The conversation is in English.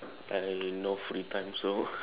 I no free time so